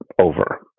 over